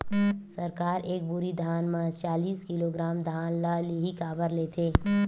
सरकार एक बोरी धान म चालीस किलोग्राम धान ल ही काबर लेथे?